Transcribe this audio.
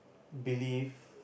believe